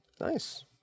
Nice